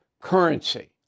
currency